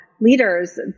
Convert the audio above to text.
leaders